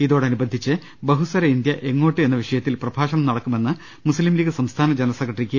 ഇതോടനുബന്ധിച്ച് ബഹുസ്വര ഇന്ത്യ എങ്ങോട്ട് എന്ന വിഷയത്തിൽ പ്രഭാഷണവും നടക്കുമെന്ന് മുസ്ലിം ലീഗ് സംസ്ഥാന ജനറൽ സെക്രട്ടറി കെ